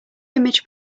image